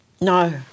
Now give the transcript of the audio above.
No